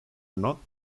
not